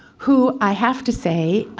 who, i have to say,